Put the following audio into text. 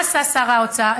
מה עשה שר האוצר?